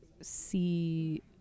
see